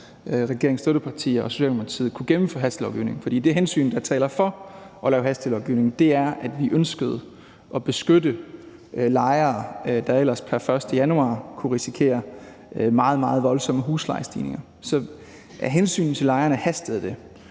regeringens støttepartier og Socialdemokratiet kunne gennemføre hastelovgivningen, for det hensyn, der taler for at lave hastelovgivning, er, at vi ønskede at beskytte lejere, der ellers pr. 1. januar 2023 kunne risikere meget, meget voldsomme huslejestigninger. Så af hensyn til lejerne hastede det.